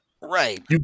Right